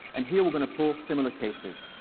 and here we're going to pull similar cases.